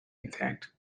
intact